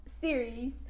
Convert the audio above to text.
series